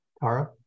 Tara